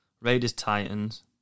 Raiders-Titans